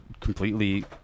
completely